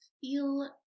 feel